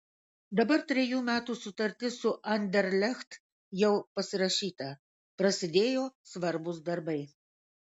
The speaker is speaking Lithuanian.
dabar trejų metų sutartis su anderlecht jau pasirašyta prasidėjo svarbūs darbai